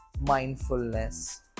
mindfulness